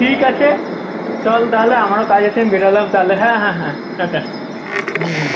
ঠিক আছে চল তাহলে আমারও কাজ আছে আমি বেরলাম তাহলে হ্যাঁ হ্যাঁ হ্যাঁ টাটা হুম হুম